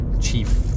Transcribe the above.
chief